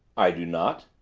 i do not!